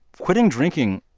quitting drinking,